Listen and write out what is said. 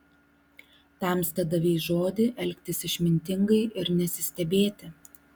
tamsta davei žodį elgtis išmintingai ir nesistebėti